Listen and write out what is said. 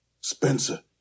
Spencer